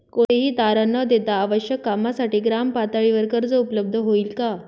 कोणतेही तारण न देता आवश्यक कामासाठी ग्रामपातळीवर कर्ज उपलब्ध होईल का?